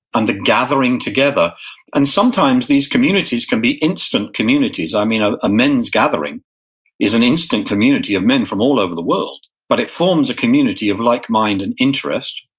and the gathering together and sometimes these communities can be instant communities. i mean ah a men's gathering is an instant community of men from all over the world, but it forms a community of like mind and interest,